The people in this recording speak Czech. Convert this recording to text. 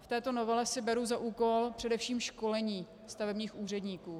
V této novele si beru za úkol především školení stavebních úředníků.